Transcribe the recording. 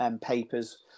papers